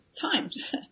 times